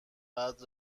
بعد